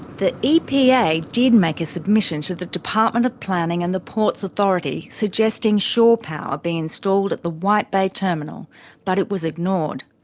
the epa did make a submission to the department of planning and the ports authority, suggesting shore power be installed at the white bay terminal but it was ignored.